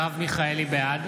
בעד